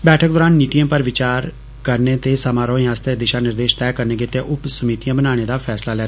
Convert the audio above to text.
बैठक दरान नीतियें पर विचार करने ते समारोहें आस्तै दिशा निर्देश तय करने गितै उप समितियां बनाने दा फेसला लैता गेआ